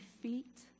feet